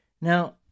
Now